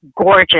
gorgeous